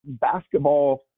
basketball